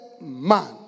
man